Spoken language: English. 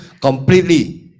completely